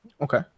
Okay